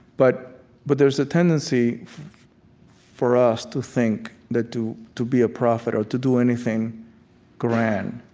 but but there's a tendency for us to think that to to be a prophet or to do anything grand,